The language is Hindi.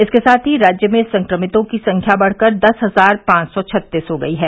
इसके साथ ही राज्य में संक्रमितों की संख्या बढ़कर दस हजार पांच सौ छत्तीस हो गई है